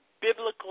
Biblical